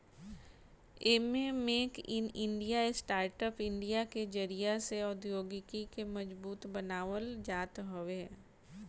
एमे make in India, startup India के जरिया से औद्योगिकी के मजबूत बनावल जात हवे